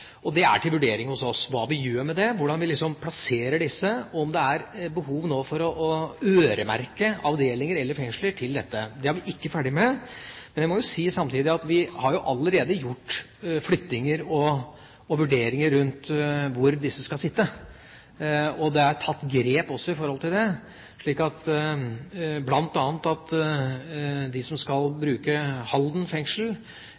Det er til vurdering hos oss hva vi skal gjøre med det, hvordan vi skal plassere disse, om det nå er behov for å øremerke avdelinger eller fengsler til dette. Det er vi ikke ferdig med. Men jeg må samtidig si at vi allerede har foretatt flyttinger og gjort vurderinger av hvor disse skal sitte. Det er også tatt grep i forhold til dette, bl.a. at de som skal bruke Halden fengsel,